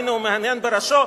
הנה הוא מהנהן בראשו,